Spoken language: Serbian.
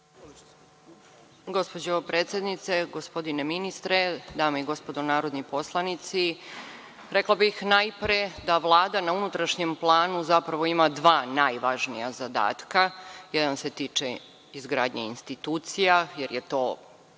Gospođo predsednice, gospodine ministre, dame i gospodo narodni poslanici, rekla bih najpre da Vlada na unutrašnjem planu zapravo ima dva najvažnija zadatka. Jedan se tiče izgradnje institucija jer je to